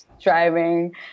driving